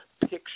picture